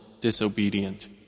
disobedient